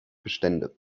bestände